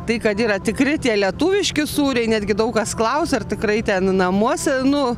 tai kad yra tikri tie lietuviški sūriai netgi daug kas klausia ar tikrai ten namuose nu